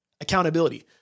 Accountability